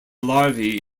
larvae